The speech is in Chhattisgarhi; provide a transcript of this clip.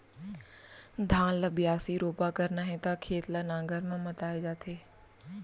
धान ल बियासी, रोपा करना हे त खेत ल नांगर म मताए जाथे